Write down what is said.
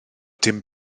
dim